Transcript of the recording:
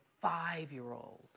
five-year-old